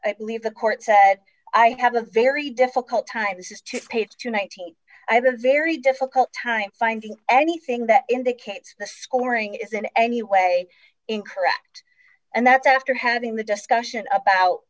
i believe the court said i have a very difficult time this is to pay tonight i have a very difficult time finding anything that indicates the scoring is in any way incorrect and that after having the discussion about